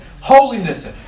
holiness